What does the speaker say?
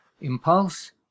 impulse